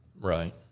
Right